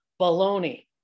baloney